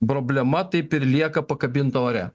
problema taip ir lieka pakabinta ore